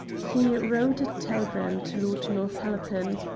he wrote a telegram to lord northallerton